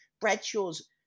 Bradshaw's